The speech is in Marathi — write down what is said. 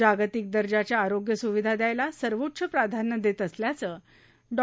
जागतिक दर्जाच्या आरोग्य सुविधा द्यायला सर्वोच्च प्राधान्य देत असल्याचं डॉ